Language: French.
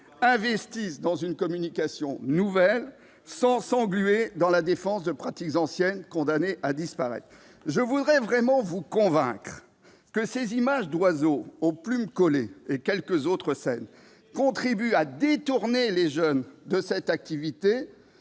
investir dans une communication nouvelle, sans s'engluer dans la défense de pratiques anciennes, condamnées à disparaître. Je voudrais vraiment vous convaincre que ces images d'oiseaux aux plumes collées et autres scènes contribuent à détourner les jeunes de cette activité,